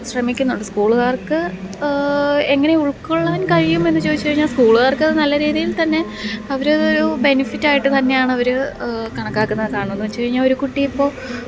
ശ്രമിക്കുന്നുണ്ട് സ്കൂളുകാര്ക്ക് എങ്ങനെയുള്ക്കൊള്ളാന് കഴിയുമെന്ന് ചോദിച്ചു കഴിഞ്ഞാല് സ്കൂളുകാര്ക്കത് നല്ല രീതീല്ത്തന്നെ അവർ ഒരു ബെനിഫിറ്റായിട്ട് തന്നെയാണവർ കണക്കാക്കുന്നത് കാരണമെന്ന് വെച്ച് കഴിഞ്ഞാൽ ഒരു കുട്ടിയിപ്പോൾ